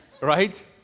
right